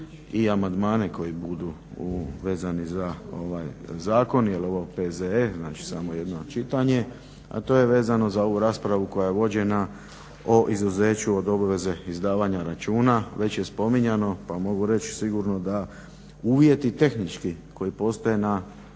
i amandmane koji budu vezani za ovaj zakon jel ovo P.Z.E. znači samo jedno čitanje, a to je vezano za ovu raspravu koja je vođena o izuzeću od obveze izdavanja računa. Već je spominjano pa mogu reći sigurno da uvjeti tehnički koji postoje na